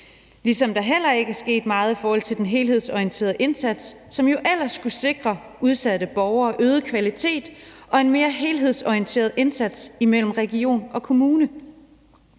ligesom der heller ikke er sket meget i forhold til den helhedsorienterede indsats, som jo ellers skulle sikre udsatte borgere øget kvalitet og en mere helhedsorienteret indsats region og kommune